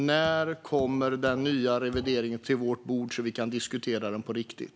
När kommer den nya revideringen till vårt bord så att vi kan diskutera den på riktigt?